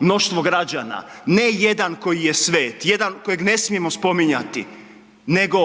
mnoštvo građana. Ne jedan koji je svet, jedan kojeg ne smijemo spominjati nego